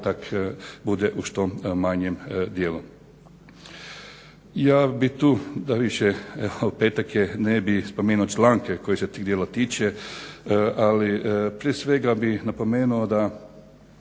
povratak bude u što manjem dijelu. Ja bi tu petak je ne bih spominjao članke koji se tih djela tiče ali prije svega bih napomenuo da